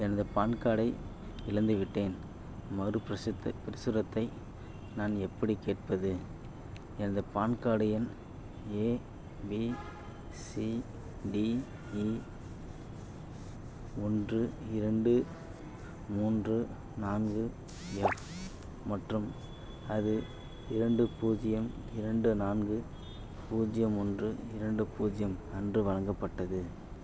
எனது பான் கார்டை இழந்துவிட்டேன் மறுபிரசுரத்தை பிரசுரத்தை நான் எப்படிக் கேட்பது எனது பான் கார்டு எண் ஏபி சிடிஇ ஒன்று இரண்டு மூன்று நான்கு எஃப் மற்றும் அது இரண்டு பூஜ்யம் இரண்டு நான்கு பூஜ்யம் ஒன்று இரண்டு பூஜ்யம் அன்று வழங்கப்பட்டது